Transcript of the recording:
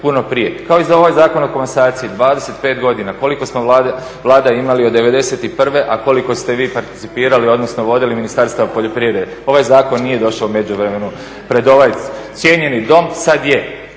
puno prije. Kao i za ovaj Zakon o komasaciji, 25 godina, koliko smo Vlada imali od 91., a koliko ste vi participirali odnosno vodili Ministarstava poljoprivrede. Ovaj zakon nije došao u međuvremenu pred ovaj cijenjeni dom.